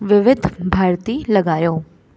विविध भारती लॻायो